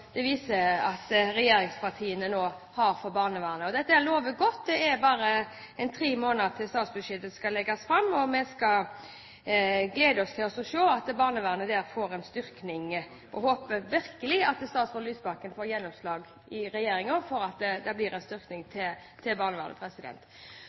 nå viser at de har for barnevernet. Og dette lover godt. Det er bare ca. tre måneder til statsbudsjettet skal legges fram, og vi gleder oss til å se at barnevernet der får en styrking. Jeg håper virkelig at statsråd Lysbakken får gjennomslag i regjeringen for det. Når vi leser innstillingen i denne saken – og det håper jeg at